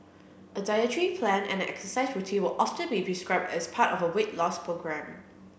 a dietary plan and exercise routine will often be prescribed as part of a weight loss programme